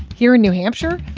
here in new hampshire,